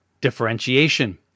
Differentiation